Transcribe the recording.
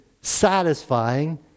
satisfying